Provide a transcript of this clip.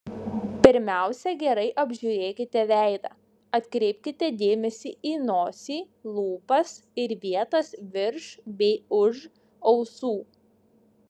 pirmiausia gerai apžiūrėkite veidą atkreipkite dėmesį į nosį lūpas ir vietas virš bei už ausų